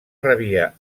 rebia